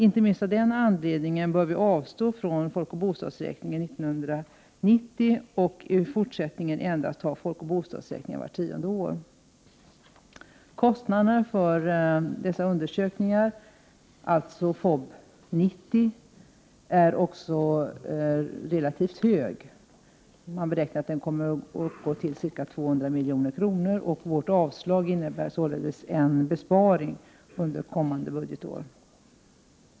Inte minst av den anledningen bör vi avstå från folkoch bostadsräkning år 1990 och i fortsättningen endast ha folkoch bostadsräkningar vart tionde år. Kostnaden för denna undersökning, FoB 90, blir relativt hög. Man beräknar att den kommer att uppgå till ca 200 milj.kr. Vårt avslag innebär således en besparing under kommande budgetår.